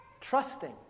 trusting